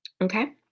Okay